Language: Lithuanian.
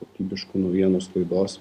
kokybiškų naujienų sklaidos